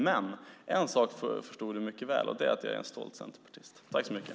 Men en sak förstod du mycket väl. Det är att jag är en stolt centerpartist.